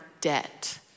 debt